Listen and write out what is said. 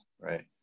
right